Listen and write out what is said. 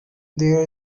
there